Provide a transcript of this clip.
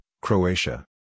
Croatia